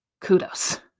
Kudos